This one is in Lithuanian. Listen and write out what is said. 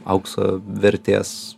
aukso vertės